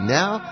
now